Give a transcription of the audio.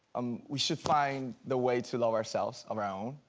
um we should find the way to love ourselves around,